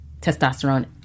testosterone